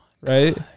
right